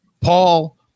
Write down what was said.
Paul